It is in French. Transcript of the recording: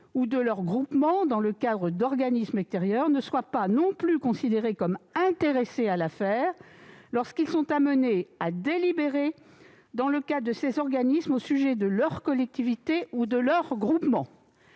ou de leur groupement dans des organismes extérieurs de ne pas être non plus considérés comme intéressés à l'affaire, lorsqu'ils sont amenés à délibérer dans le cadre de ces organismes au sujet de leur collectivité ou de leur groupement.